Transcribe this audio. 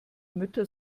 mütter